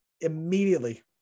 Immediately